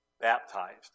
baptized